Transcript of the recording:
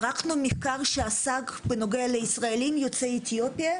ערכנו מחקר שעסק בנוגע לישראלים יוצאי אתיופיה,